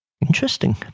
Interesting